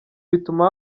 bituma